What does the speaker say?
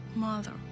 mother